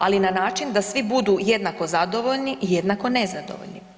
Ali na način da svi budu jednako zadovoljni i jednako nezadovoljni.